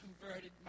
converted